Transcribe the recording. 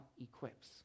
equips